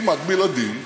כמעט בלעדי,